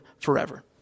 forever